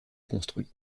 construit